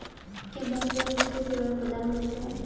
क्या बैंक गैर वित्तीय सेवाएं प्रदान करते हैं?